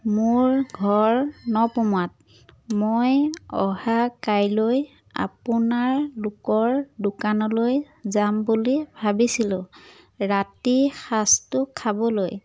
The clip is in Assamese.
মোৰ ঘৰ নপমাত মই অহাকাইলৈ আপোনালোকৰ দোকানলৈ যাম বুলি ভাবিছিলোঁ ৰাতিৰ সাঁজটো খাবলৈ